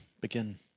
begin